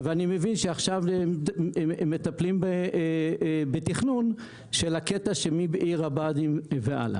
אני מבין שעכשיו מטפלים בתכנון של הקטע מעיר הבה"דים והלאה.